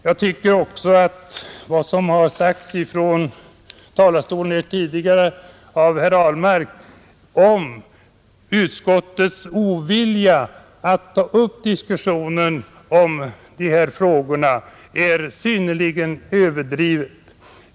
Jag tycker också att vad som sagts från talarstolen här tidigare av herr Ahlmark om utskottets ovilja att ta upp diskussion i dessa frågor är synnerligen överdrivet.